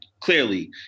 clearly